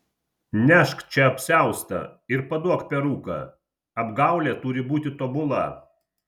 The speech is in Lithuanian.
nešk čia apsiaustą ir paduok peruką apgaulė turi būti tobula